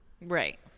Right